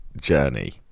journey